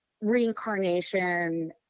reincarnation